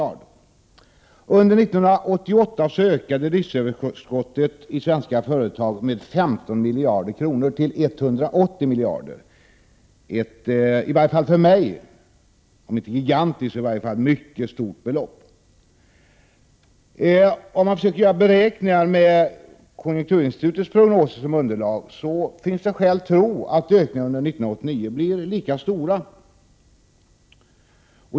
Under 1988 ökade driftöverskottet i svenska företag med 15 miljarder kronor till 180 miljarder kronor. Det är ett för mig om inte gigantiskt så i varje fall mycket stort belopp. Om man försöker göra beräkningar med konjunkturinstitutets prognoser som underlag finns det skäl tro att ökningarna under 1989 blir lika stora.